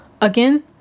again